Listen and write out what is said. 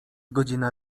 godzina